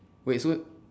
wait so